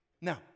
Now